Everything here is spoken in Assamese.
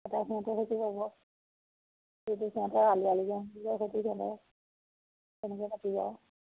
এটা সিহঁতৰ সেইটো পৰ্ব এইটো সিহঁতৰ আলি আই লৃগাঙটো যে সেইটো সিহঁতৰ সেনেকৈ পাতিব আৰু